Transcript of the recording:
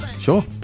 Sure